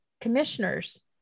commissioners